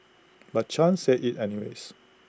but chan said IT anyways